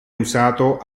usato